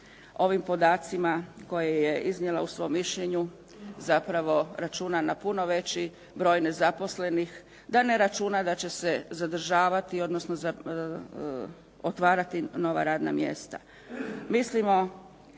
ovim podacima koje je iznijela u svom mišljenju zapravo računa na puno veći broj nezaposlenih, da ne računa da će se zadržavati odnosno otvarati nova radna mjesta. Mislimo